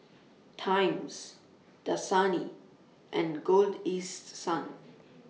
Times Dasani and Golden East Sun